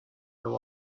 there